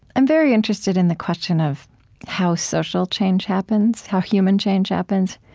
i'm very interested in the question of how social change happens, how human change happens.